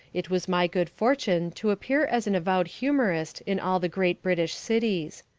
it was my good fortune to appear as an avowed humourist in all the great british cities.